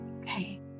Okay